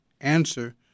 answer